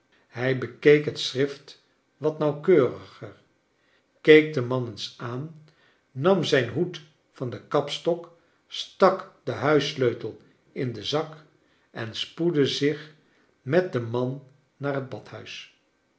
hij bekeek het schrift wat nauwkeuriger keek den man eens aan nam zrj n hoed van den kapstok stak den huissleutel in den zak en spoedde zich met den man naar het badhuis